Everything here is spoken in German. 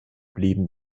blieben